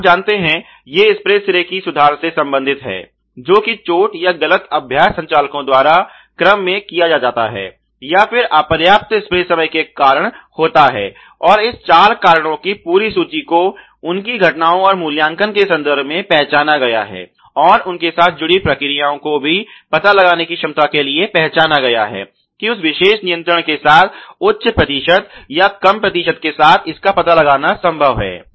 आप जानते हैं ये स्प्रे सिरे की सुधार से संबन्धित है जो कि चोट या गलत अभ्यास संचालकों द्वारा क्रम में किया जाता है या फिर अपर्याप्त स्प्रे समय के कारण होता है और इस चार कारणों की पूरी सूची को उनकी घटनाओं और मूल्यांकन के संदर्भ में पहचाना गया है और उनके साथ जुड़ी प्रक्रियाओं को भी पता लगाने की क्षमता के लिए पहचाना गया है कि उस विशेष नियंत्रण के साथ उच्च प्रतिशत या कम प्रतिशत के साथ इसका पता लगाना संभव है